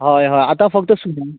हय हय आतां फक्त